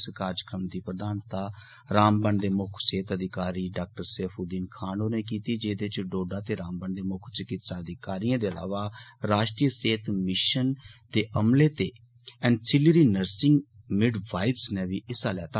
इस कार्यक्रम दी प्रधानता रामबन दे म्क्ख सेहत अधिकारी डा सेफ्द्दीन खान होरें कीती जेदे इच डोडा ते रामबन दे म्क्ख चकित्सा अधिकारिएं दे अलावा राष्ट्रीय सेहत मिशन दे अमले ते एनसिलिएरी नर्सिंग मिडवाईस नै हिस्सा लैता